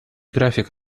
график